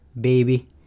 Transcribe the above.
baby